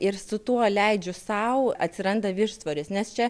ir su tuo leidžiu sau atsiranda viršsvoris nes čia